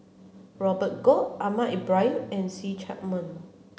Robert Goh Ahmad Ibrahim and See Chak Mun